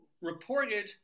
reported